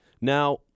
Now